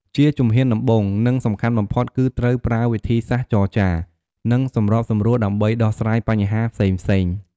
ជាជំហានដំបូង និងសំខាន់បំផុត គឺត្រូវ ប្រើវិធីសាស្ត្រចរចា និងសម្របសម្រួល ដើម្បីដោះស្រាយបញ្ហាផ្សេងៗ។